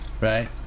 right